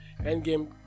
Endgame